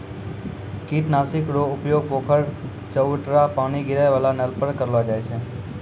कीट नाशक रो उपयोग पोखर, चवुटरा पानी गिरै वाला नल पर करलो जाय छै